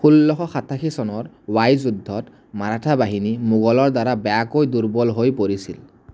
ষোল্লশ সাতাশী চনৰ ৱাই যুদ্ধত মাৰাঠা বাহিনী মোগলৰ দ্বাৰা বেয়াকৈ দুৰ্বল হৈ পৰিছিল